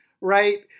right